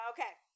Okay